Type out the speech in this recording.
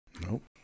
Nope